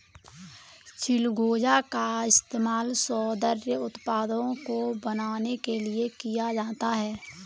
चिलगोजा का इस्तेमाल सौन्दर्य उत्पादों को बनाने के लिए भी किया जाता है